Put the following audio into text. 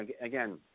again